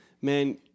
man